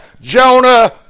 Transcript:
Jonah